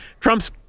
Trump's